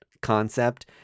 concept